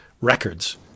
records